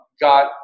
got